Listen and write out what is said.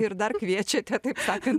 ir dar kviečiate taip sakant